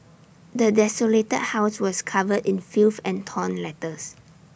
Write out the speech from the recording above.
the desolated house was covered in filth and torn letters